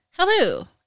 Hello